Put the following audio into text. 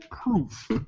proof